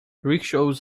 rickshaws